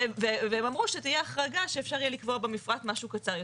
והם אמרו שזו תהיה החרגה שאפשר יהיה לקבוע במפרט משהו קצר יותר.